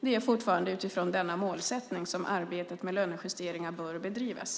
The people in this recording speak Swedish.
Det är fortfarande utifrån denna målsättning som arbetet med lönejusteringar bör bedrivas.